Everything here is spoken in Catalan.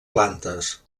plantes